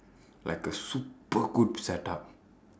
like a super good setup